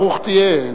ברוך תהיה.